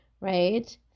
right